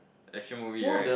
action movie right